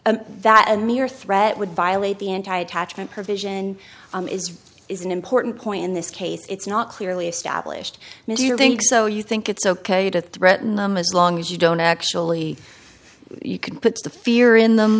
so that mere threat would violate the anti attachment provision is an important point in this case it's not clearly established do you think so you think it's ok to threaten them as long as you don't actually you can put the fear in them